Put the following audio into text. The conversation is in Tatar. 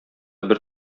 бер